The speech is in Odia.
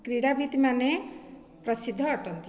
କ୍ରୀଡ଼ାବିତ ମାନେ ପ୍ରସିଦ୍ଧ ଅଟନ୍ତି